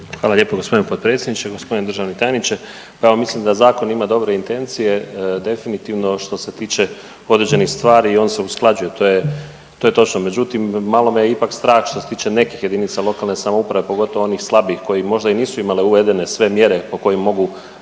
Hvala lijepo g. potpredsjedniče. Gospodine državni tajniče, pa evo mislim da zakon ima dobre intencije definitivno što se tiče određenih stvari i on se usklađuje, to je, to je točno, međutim malo me ipak strah što se tiče nekih JLS, pogotovo onih slabijih koje možda i nisu imale uvedene sve mjere po kojim mogu